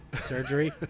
Surgery